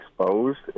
exposed